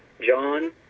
John